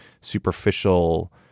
superficial